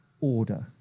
order